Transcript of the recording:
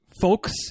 folks